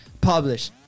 publish